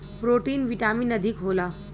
protein vitamin अधिक होला